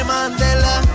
Mandela